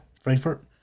Frankfurt